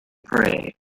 pray